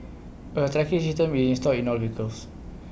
A tracking system is installed in all vehicles